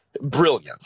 Brilliant